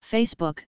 Facebook